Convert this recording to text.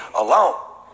alone